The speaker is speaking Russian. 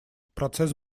процесс